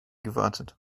gewartet